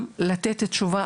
לא מגיעים לגיל בו זה נגמר.